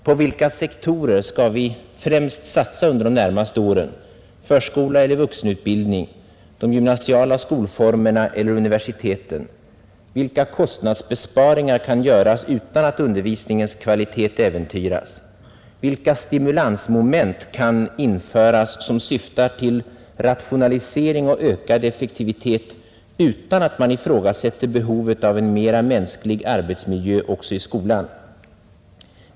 På vilka sektorer skall vi i vårt land främst satsa under de närmaste åren — förskola eller vuxenutbildning, de gymnasiala skolformerna eller universiteten? Vilka kostnadsbesparingar kan göras utan att undervisningens kvalitet äventyras? Vilka stimulansmoment kan införas som syftar till rationalisering och ökad effektivitet utan att man ifrågasätter behovet av en mera mänsklig arbetsmiljö också i skolan?